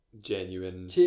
genuine